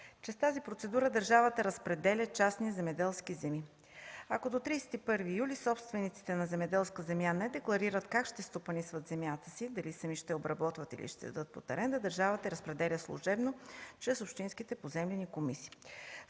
Чрез тази процедура държавата разпределя частни земеделски земи. Ако до 31 юли собствениците на земеделска земя не декларират как ще стопанисват земята си, дали сами ще я обработват или ще я дадат под аренда, държавата я разпределя служебно чрез общинските поземлени комисии.